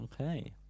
Okay